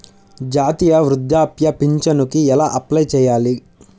జాతీయ వృద్ధాప్య పింఛనుకి ఎలా అప్లై చేయాలి?